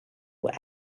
were